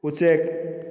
ꯎꯆꯦꯛ